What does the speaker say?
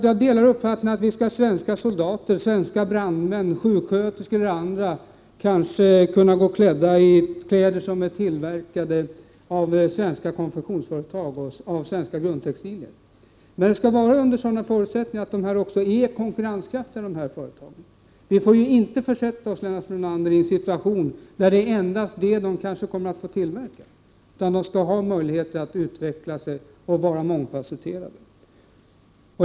Jag delar uppfattningen att svenska soldater, brandmän, sjuksköterskor osv. skall ha kläder som är tillverkade av svenska konfektionsföretag med användande av svenska grundtextilier. Men förutsättningen är att dessa företag är konkurrenskraftiga. Vi får inte försätta oss i en situation, Lennart Brunander, där dessa företag kommer att få tillverka endast sådana kläder, utan de skall ha möjlighet att utveckla sig och bli mångfasetterade.